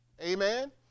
Amen